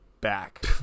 back